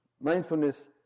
mindfulness